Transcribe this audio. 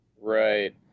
Right